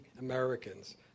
Americans